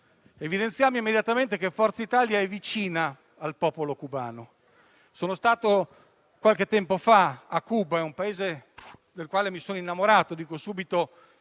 Evidenziamo immediatamente che Forza Italia è vicina al popolo cubano. Sono stato a Cuba qualche tempo fa; è un Paese del quale mi sono innamorato. Dico subito